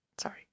Sorry